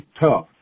tough